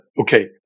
okay